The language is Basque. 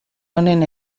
honen